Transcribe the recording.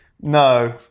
No